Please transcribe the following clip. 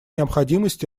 необходимость